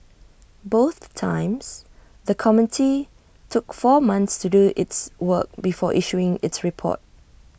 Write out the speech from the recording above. both times the committee took four months to do its work before issuing its report